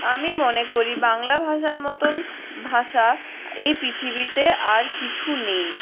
আমি মনে করি বাংলা ভাষার মতন ভাষা এই পৃথিবীতে আর কিছু নেই